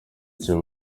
icyo